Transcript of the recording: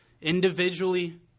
Individually